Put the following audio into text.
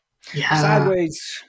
sideways